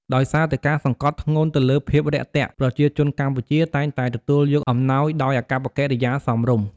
ដោយសារតែការសង្កត់ធ្ងន់ទៅលើភាពរាក់ទាក់ ប្រជាជនកម្ពុជាតែងតែទទួលយកអំណោយដោយអាកប្បកិរិយាសមរម្យ។